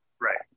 right